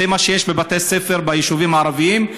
זה מה שיש בבתי ספר ביישובים הערביים.